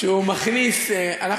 אם אתה ממשיך, אני מביא אלונקה.